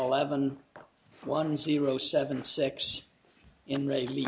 eleven one zero seven six embrace me